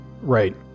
Right